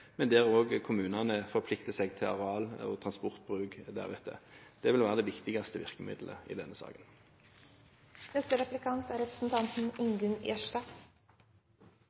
men kommunene forplikter seg til areal- og transportbruk deretter. Det vil være det viktigste virkemiddelet i denne saken. Det er